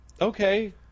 okay